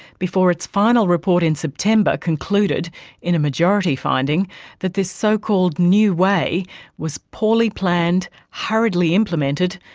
before its final report in september concluded in a majority finding that this so-called new way was poorly planned, hurriedly implemented,